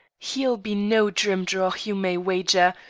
he'll be no drimdarroch you may wager,